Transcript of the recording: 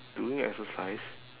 doing exercise